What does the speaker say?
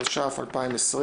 התש"ף - 2020,